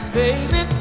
baby